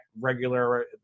regular